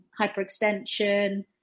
hyperextension